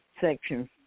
section